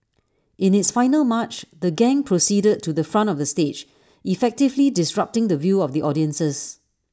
in its final March the gang proceeded to the front of the stage effectively disrupting the view of the audiences